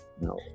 no